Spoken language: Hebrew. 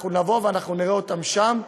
ואנחנו נראה אותם שם.